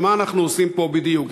ומה אנחנו עושים פה בדיוק.